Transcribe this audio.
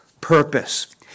purpose